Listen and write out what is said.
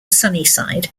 sunnyside